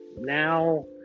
Now